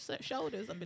shoulders